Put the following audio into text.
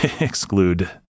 exclude